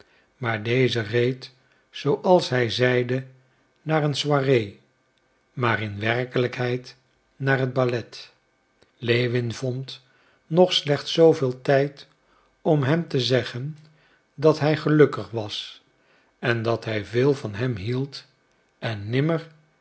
maar deze reed zooals hij zeide naar een soirée maar in werkelijkheid naar het ballet lewin vond nog slechts zooveel tijd om hem te zeggen dat hij gelukkig was en dat hij veel van hem hield en nimmer